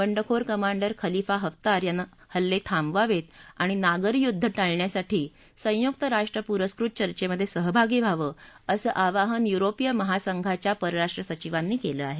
बंडखोर commander Khalifa Haftar यानं हल्ले थांबवावते आणि नागरी युद्ध टाळण्यासाठी संयुक राष्ट्र पुरस्कृत चर्येमधे सहभागी व्हावं असं आवाहन युरोपीय महासंघाच्या परराष्ट्र सचिवांनी केलं आहे